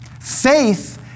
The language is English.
Faith